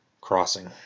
crossing